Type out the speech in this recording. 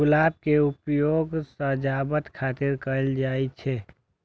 गुलाब के उपयोग सजावट खातिर कैल जाइ छै